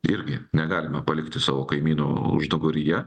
irgi negalime palikti savo kaimynų užnugaryje